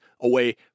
away